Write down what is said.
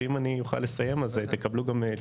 ואם אני אוכל לסיים אז תקבלו גם תשובה.